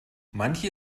manche